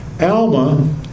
Alma